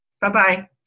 Bye-bye